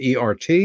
ERT